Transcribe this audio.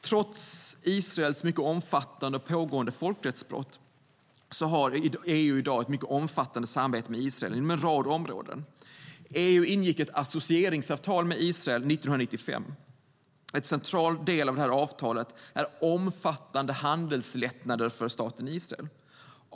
Trots Israels mycket omfattande och pågående folkrättsbrott har EU i dag ett mycket vittgående samarbete med Israel inom en rad områden. EU ingick ett associeringsavtal med Israel 1995. En central del av avtalet är omfattande handelslättnader för staten Israel.